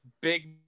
big